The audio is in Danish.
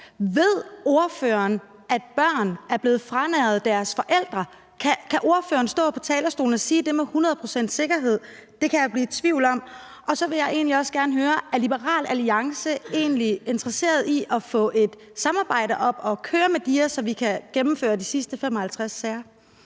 Ved ordføreren, at børn er blevet narret fra deres forældre? Kan ordføreren stå på talerstolen og sige det med hundrede procents sikkerhed? Det kan jeg blive i tvivl om. Så vil jeg også gerne høre: Er Liberal Alliance egentlig interesseret i at få et samarbejde op at køre med DIA, så vi kan gennemføre de sidste 55 sager?